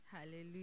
Hallelujah